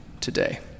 today